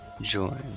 Join